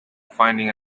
finding